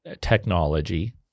technology